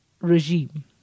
regime